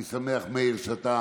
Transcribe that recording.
אני שמח, מאיר, שאתה